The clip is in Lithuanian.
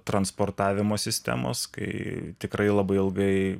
transportavimo sistemos kai tikrai labai ilgai